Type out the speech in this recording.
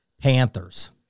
Panthers